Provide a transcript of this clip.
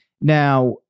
Now